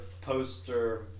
poster